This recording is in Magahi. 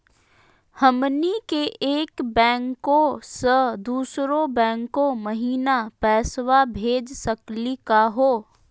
हमनी के एक बैंको स दुसरो बैंको महिना पैसवा भेज सकली का हो?